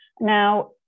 now